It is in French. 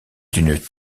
d’une